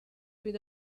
with